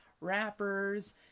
wrappers